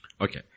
Okay